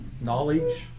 knowledge